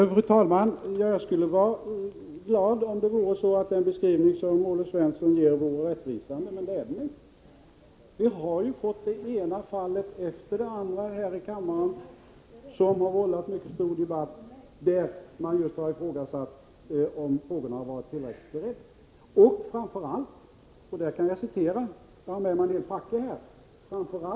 Fru talman! Jag skulle vara glad om den beskrivning som Olle Svensson ger vore rättvisande, men det är den inte. Vi har ju fått det ena fallet efter det andra här i kammaren som har vållat mycket stor debatt, där man just har ifrågasatt om frågorna varit tillräckligt beredda.